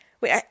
wait